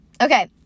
Okay